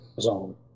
zone